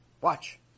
watch